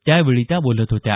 त्यावेळी त्या बोलत होत्या